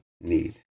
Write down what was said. need